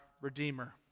redeemer